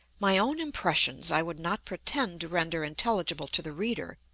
my own impressions i would not pretend to render intelligible to the reader.